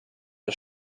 der